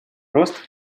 рост